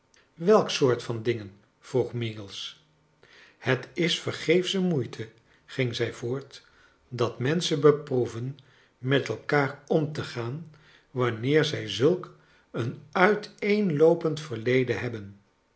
welke soort van dingen vroeg meagles het is vergeefsche moeite ging zij voort j dat menschen beproeven met elkaar om te gaan wanneer zij zulk een uiteenloopend verleden hebben